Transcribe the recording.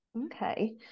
Okay